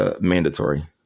mandatory